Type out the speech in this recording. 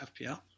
FPL